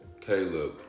Caleb